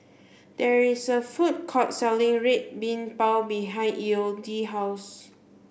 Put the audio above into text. there is a food court selling red bean bao behind Elodie's house